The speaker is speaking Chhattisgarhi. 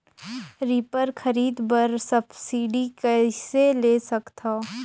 रीपर खरीदे बर सब्सिडी कइसे ले सकथव?